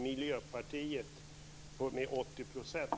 Miljöpartiet vill, dvs. med 80 %?